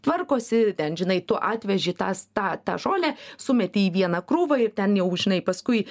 tvarkosi ten žinai tu atveži tas tą tą žolę sumeti į vieną krūvą ir ten jau žinai paskui